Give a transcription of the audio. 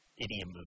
idiom